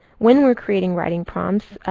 when we're creating writing prompts,